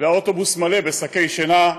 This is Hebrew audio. והאוטובוס מלא בשקי שינה,